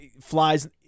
flies